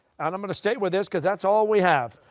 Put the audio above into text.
and i'm going to stay with this because that's all we have.